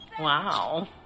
wow